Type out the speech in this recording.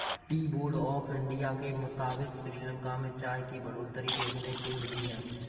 T board of India के मुताबिक़ श्रीलंका में चाय की बढ़ोतरी देखने को मिली है